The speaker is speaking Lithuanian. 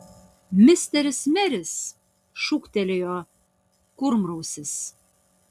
misteris meris šūktelėjo kurmrausis